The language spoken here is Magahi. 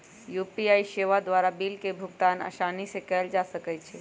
यू.पी.आई सेवा द्वारा बिल के भुगतान असानी से कएल जा सकइ छै